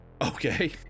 okay